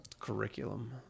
curriculum